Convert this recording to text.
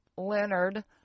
Leonard